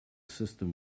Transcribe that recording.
system